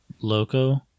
loco